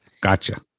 Gotcha